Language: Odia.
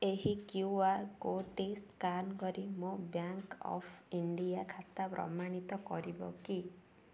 ଏହି କ୍ୟୁ ଆର୍ କୋଡ଼୍ଟି ସ୍କାନ୍ କରି ମୋ ବ୍ୟାଙ୍କ ଅଫ୍ ଇଣ୍ଡିଆ ଖାତା ପ୍ରମାଣିତ କରିବ କି